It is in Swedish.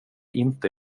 inte